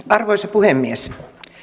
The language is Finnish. arvoisa puhemies